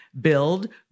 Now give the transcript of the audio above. Build